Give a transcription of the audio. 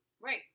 right